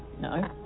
No